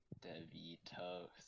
DeVito's